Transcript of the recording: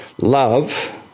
love